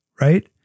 right